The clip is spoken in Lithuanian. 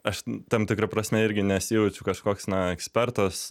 aš tam tikra prasme irgi nesijaučiu kažkoks na ekspertas